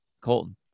Colton